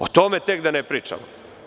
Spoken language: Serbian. O tome tek da ne pričamo?